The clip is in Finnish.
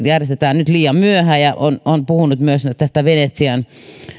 järjestetään nyt liian myöhään ja on on puhunut myös tästä